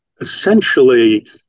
essentially